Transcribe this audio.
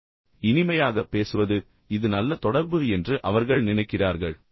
அதாவது நன்றாக பேசுவது இனிமையாக பேசுவது இது நல்ல தொடர்பு என்று அவர்கள் நினைக்கிறார்கள்